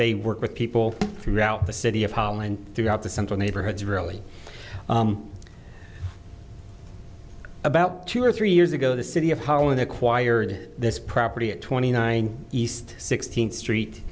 they work with people throughout the city of holland throughout the central neighborhoods really about two or three years ago the city of holland acquired this property at twenty nine east sixteenth street